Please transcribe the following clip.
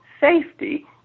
safety